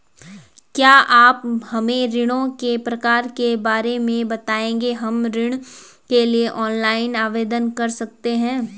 क्या आप हमें ऋणों के प्रकार के बारे में बताएँगे हम ऋण के लिए ऑनलाइन आवेदन कर सकते हैं?